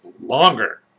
longer